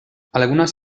algunas